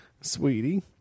Sweetie